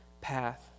path